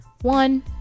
One